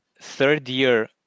third-year